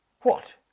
What